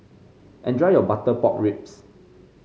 enjoy your Butter Pork Ribs